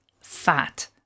Fat